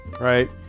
right